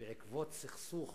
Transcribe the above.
בעקבות סכסוך